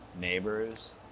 neighbors